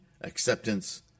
acceptance